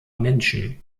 menschen